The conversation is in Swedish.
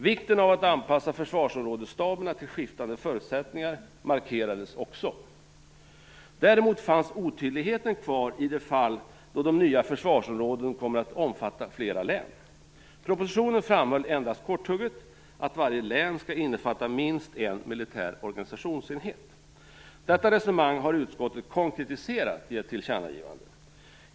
Vikten av att anpassa försvarsområdesstaberna till skiftande förutsättningar markeras också. Däremot finns otydligheten kvar i de fall då de nya försvarsområdena kommer att omfatta flera län. I propositionen framhålls endast korthugget att varje län skall innefatta minst en militär organisationsenhet. Detta resonemang har utskottet konkretiserat i ett tillkännagivande.